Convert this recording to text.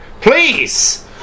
Please